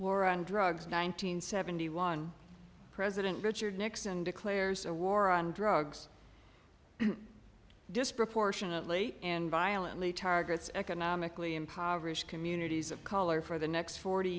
war on drugs nine hundred seventy one president richard nixon declares a war on drugs disproportionately violently targets economically impoverished communities of color for the next forty